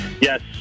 Yes